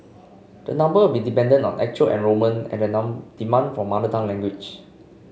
the number will be dependent on actual enrolment and the non demand for mother tongue language